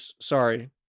sorry